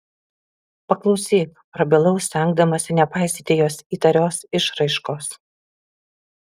paklausyk prabilau stengdamasi nepaisyti jos įtarios išraiškos